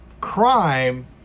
crime